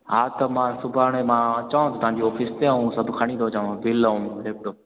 हा त मां सुभाणे मां अचांव थो तव्हांजे ऑफिस में ऐं सभु खणी थो अचां मां बिल ऐं लैपटॉप